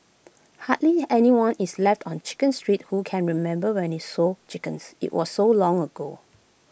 hardly anyone is left on chicken street who can remember when IT sold chickens IT was so long ago